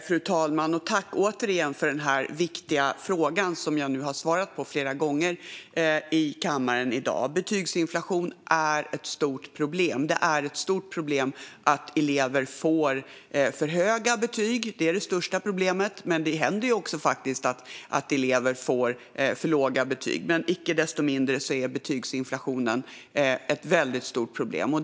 Fru talman! Tack, ledamoten, för den här viktiga frågan, som jag nu har svarat på flera gånger i kammaren i dag. Betygsinflation är ett stort problem. Det är ett stort problem att elever får för höga betyg - det är det största problemet - men det händer också att elever får för låga betyg. Icke desto mindre är betygsinflationen ett väldigt stort problem.